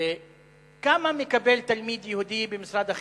כמה מקבל תלמיד יהודי במשרד החינוך?